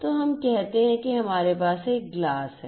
तो हम कहते हैं कि हमारे पास एक ग्लास है